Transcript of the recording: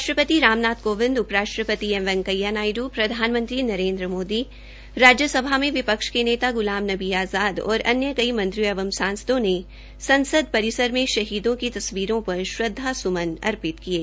राष्ट्रपति रामनाथ कोविंद उपराष्ट्रपति एम वैंकेया नायडू प्रधानमंत्री नरेन्द्र मोदी राज्यसभा में विपक्ष के नेता ग्लाम नबी आजाद और अन्य कई मंत्रियों एवं सांसदों ने ससद परिसर में शहीदों की तस्वीरों पर श्रदवासुमन अर्पित किये